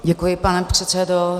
Děkuji, pane předsedo.